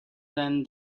than